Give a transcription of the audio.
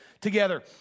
together